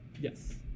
Yes